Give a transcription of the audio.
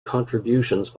contributions